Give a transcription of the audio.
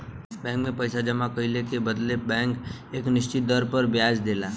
bank में पइसा जमा कइले के बदले बैंक एक निश्चित दर पर ब्याज देला